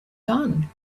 done